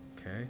okay